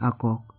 Akok